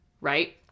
right